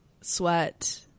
sweat